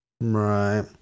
Right